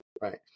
right